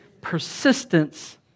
Persistence